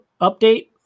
update